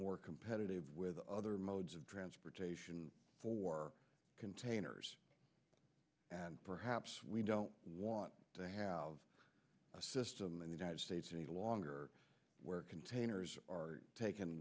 more competitive with other modes of transportation for containers and perhaps we don't want to have a system in the united states any longer where containers are taken